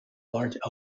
large